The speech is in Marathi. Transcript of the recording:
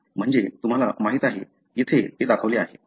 म्हणजे तुम्हाला माहिती आहे येथे दाखवले आहे